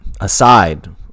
aside